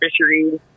Fisheries